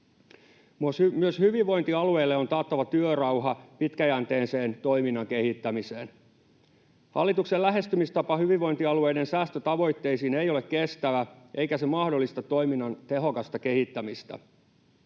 Myös hyvinvointialueille on taattava työrauha pitkäjänteiseen toiminnan kehittämiseen. Hallituksen lähestymistapa hyvinvointialueiden säästötavoitteisiin ei ole kestävä, eikä se mahdollista toiminnan tehokasta kehittämistä.